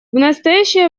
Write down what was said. настоящее